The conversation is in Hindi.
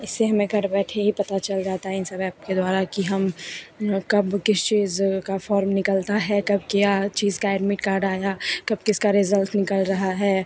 इससे हमें घर बैठे ही पता चल जाता है इन सब ऐप के द्वारा कि हम कब किस चीज़ का फ़ॉर्म निकलता है कब क्या चीज़ का एडमिट कार्ड आया कब किसका रिज़ल्ट निकल रहा है